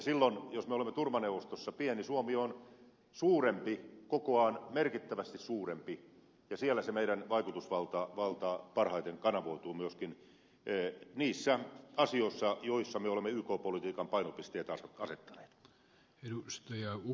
silloin jos me olemme turvaneuvostossa pieni suomi on kokoaan merkittävästi suurempi ja siellä se meidän vaikutusvaltamme myöskin parhaiten kanavoituu niissä asioissa joissa me olemme yk politiikan painopisteet asettaneet